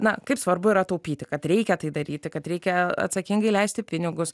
na kaip svarbu yra taupyti kad reikia tai daryti kad reikia atsakingai leisti pinigus